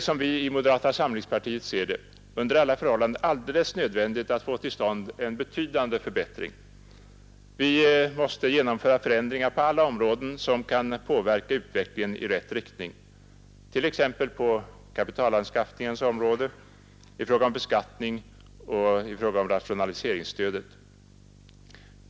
Som vi i moderata samlingspartiet ser det är det under alla förhållanden nödvändigt att få till stånd en betydande förbättring. Vi måste genomföra förändringar på alla områden som kan påverka utvecklingen i rätt riktning, t.ex. på kapitalanskaffningens område, i fråga om beskattningen och när det gäller rationaliseringsstödet.